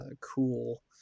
cool